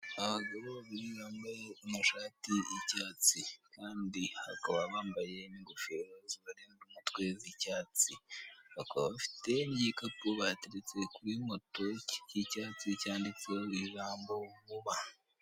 Abagabo babiri bambaye amashati y'icyatsi, kandi bakaba bambaye n'ingofero zibarinda umutwe z'icyatsi bakaba bafte n'igikapu bateretse kuri moto y'icyatsi cyanditseho ijambo vuba.